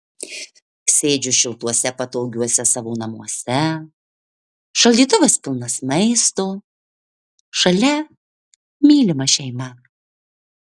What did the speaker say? sėdžiu šiltuose patogiuose savo namuose šaldytuvas pilnas maisto šalia mylima šeima